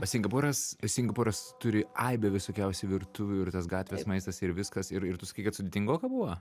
singapūras singapūras turi aibę visokiausių virtuvių ir tas gatvės maistas ir viskas ir ir tu sakei kad sudėtingoka buvo